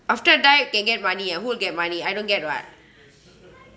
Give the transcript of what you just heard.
after died can get money ah who get money I don't get [what]